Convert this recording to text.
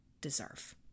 deserve